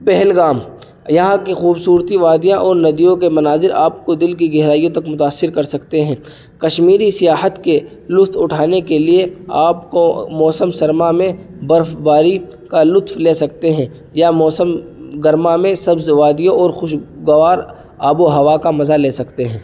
پہلگام یہاں کی خوبصورتی وادیاں اور ندیوں کے مناظر آپ کو دل کی گہرائیوں تک متأثر کر سکتے ہیں کشمیری سیاحت کے لطف اٹھانے کے لیے آپ کو موسم سرما میں برفباری کا لطف لے سکتے ہیں یا موسم گرما میں سبز وادیوں اور خوش گوار آب و ہوا کا مزہ لے سکتے ہیں